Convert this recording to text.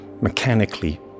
mechanically